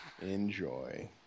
Enjoy